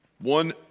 one